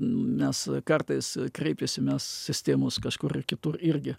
mes kartais kreipiasi mes sistemos kažkur ir kitur irgi